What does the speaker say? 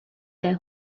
their